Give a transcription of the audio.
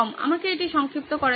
আমাকে এটি সংক্ষিপ্ত করা যাক